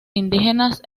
indígenas